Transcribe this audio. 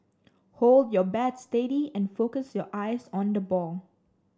hold your bat steady and focus your eyes on the ball